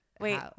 Wait